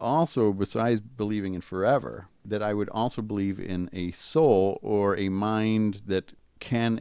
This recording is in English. also besides believing in forever that i would also believe in a soul or a mind that can